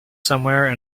somewhere